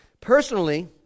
Personally